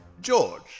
George